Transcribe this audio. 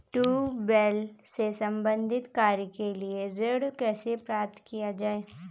Tubewell से संबंधित कार्य के लिए ऋण कैसे प्राप्त किया जाए?